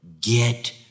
Get